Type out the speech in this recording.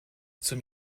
zum